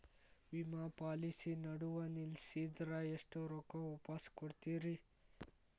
ವಿಮಾ ಪಾಲಿಸಿ ನಡುವ ನಿಲ್ಲಸಿದ್ರ ಎಷ್ಟ ರೊಕ್ಕ ವಾಪಸ್ ಕೊಡ್ತೇರಿ?